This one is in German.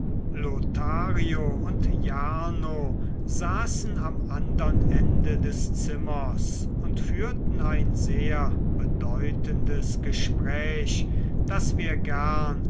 lothario und jarno saßen am andern ende des zimmers und führten ein sehr bedeutendes gespräch das wir gern